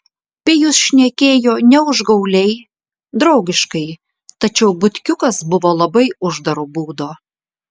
pijus šnekėjo ne užgauliai draugiškai tačiau butkiukas buvo labai uždaro būdo